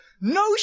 No